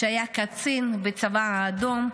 שהיה קצין בצבא האדום,